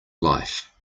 life